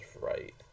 right